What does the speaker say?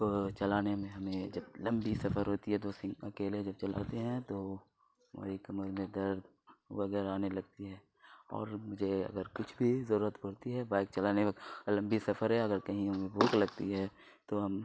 چلانے میں ہمیں جب لمبی سفر ہوتی ہے تو اس دن اکیلے جب چلاتے ہیں تو ہماری کمر میں درد وغیرہ آنے لگتی ہے اور مجھے اگر کچھ بھی ضرورت پڑتی ہے بائک چلانے میں لمبی سفر ہے اگر کہیں بھوک لگتی ہے تو ہم